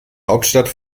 hauptstadt